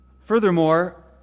Furthermore